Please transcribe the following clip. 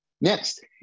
Next